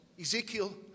Ezekiel